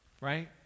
right